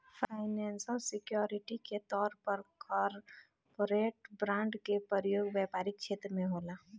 financial security के तौर पर कॉरपोरेट बॉन्ड के प्रयोग व्यापारिक छेत्र में होला